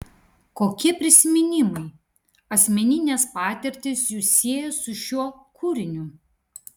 kokie prisiminimai asmeninės patirtys jus sieja su šiuo kūriniu